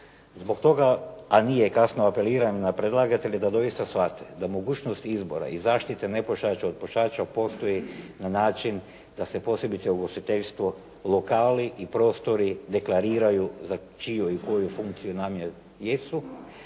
Zbog toga, a nije kasno, apeliram na predlagatelje da doista shvate da mogućnost izbora i zaštite nepušača od pušača postoji na način da se posebice u ugostiteljstvu lokali i prostori deklariraju za čiju i koju funkciju namjene jesu.